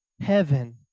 heaven